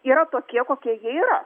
yra tokie kokie jie yra